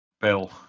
Bill